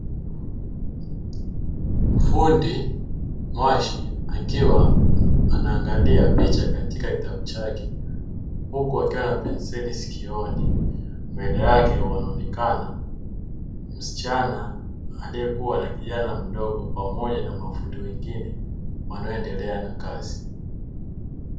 Fundi mwashi akiwa anaangalia picha katika kitabu chake huku akiwa ana penseli sikioni, maeneo yake wanaonekana msichana aliyekuwa na kijana mdogo pamoja na mafundi wengine wanaoendelea na kazi.